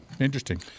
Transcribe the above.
interesting